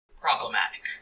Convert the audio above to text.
problematic